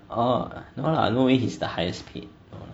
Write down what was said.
ohr no lah no way he is the highest paid